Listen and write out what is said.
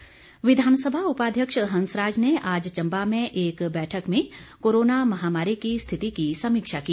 हंसराज विधानसभा उपाध्यक्ष हंसराज ने आज चंबा में एक बैठक में कोरोना महामारी की स्थिति की समीक्षा की